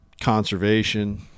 conservation